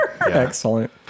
Excellent